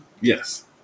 Yes